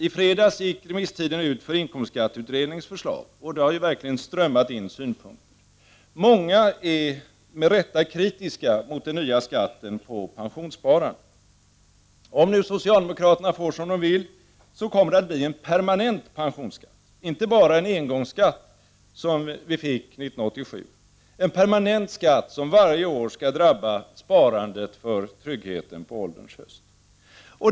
I fredags gick remisstiden ut för inkomstskatteutredningens förslag, och det har verkligen strömmat in synpunkter. Många är med rätta kritiska mot den nya skatten på pensionssparandet. Om socialdemokraterna får som de vill kommer det att bli en permanent pensionsskatt — inte bara en engångsskatt som den vi fick 1987 —, en permanent skatt som varje år skall drabba sparande för tryggheten på ålderns höst.